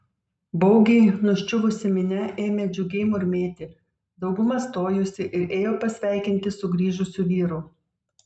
baugiai nuščiuvusi minia ėmė džiugiai murmėti dauguma stojosi ir ėjo pasveikinti sugrįžusių vyrų